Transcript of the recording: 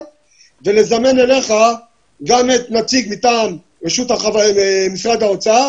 ולזמן אליך גם נציג מטעם משרד האוצר